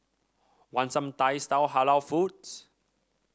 want some Thai style Halal foods